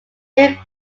rick